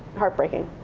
heartbreaking.